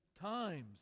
times